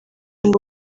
ngo